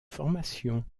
formation